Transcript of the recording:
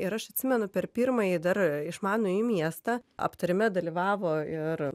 ir aš atsimenu per pirmąjį dar išmanųjį miestą aptarime dalyvavo ir